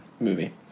movie